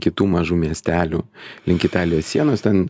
kitų mažų miestelių link italijos sienos ten